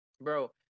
Bro